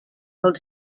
pel